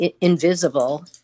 invisible